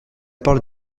parole